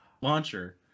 launcher